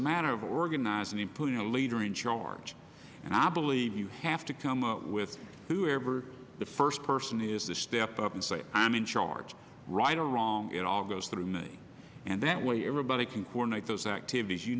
matter of organizing and putting a leader in charge and i believe you have to come up with whoever the first person is the step up and say i'm in charge right or wrong it all goes through me and that way everybody can coordinate those activities you